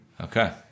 Okay